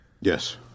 Yes